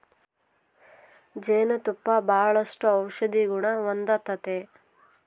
ಜೇನು ತುಪ್ಪ ಬಾಳಷ್ಟು ಔಷದಿಗುಣ ಹೊಂದತತೆ